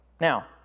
Now